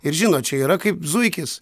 ir žinot čia yra kaip zuikis